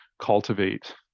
cultivate